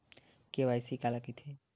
KYC काला कइथे?